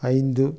ஐந்து